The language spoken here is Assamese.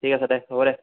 ঠিক আছে দে হ'ব দে